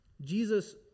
Jesus